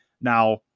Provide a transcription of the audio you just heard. Now